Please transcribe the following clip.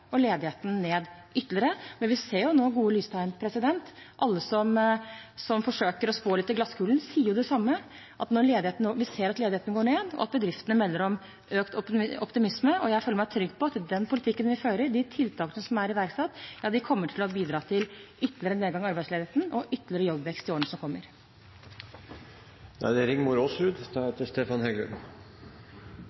og ledigheten ytterligere ned. Vi ser nå gode lystegn. Alle som forsøker å spå litt i glasskulen, sier det samme. Vi ser at ledigheten går ned, og at bedriftene melder om økt optimisme. Jeg føler meg trygg på at den politikken vi fører, og de tiltakene som er iverksatt, kommer til å bidra til ytterligere nedgang i arbeidsledigheten og ytterligere jobbvekst i årene som kommer.